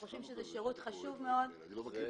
אנחנו חושבים שזה שירות חשוב מאוד לציבור.